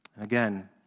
Again